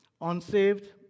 Unsaved